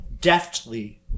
deftly